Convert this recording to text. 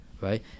right